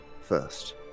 first